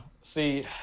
See